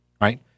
right